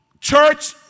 church